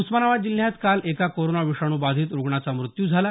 उस्मानाबाद जिल्ह्यात काल एका कोरोना विषाणू बाधित रुग्णाचा मृत्यू झाला